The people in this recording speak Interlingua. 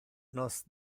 nos